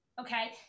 Okay